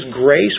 grace